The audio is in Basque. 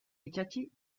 itsatsi